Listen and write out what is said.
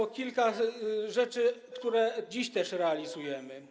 Jest kilka rzeczy, które dziś też realizujemy.